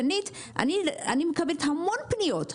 שנית, אני מקבלת המון פניות.